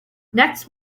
next